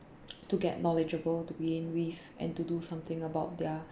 to get knowledgeable to begin with and to do something about their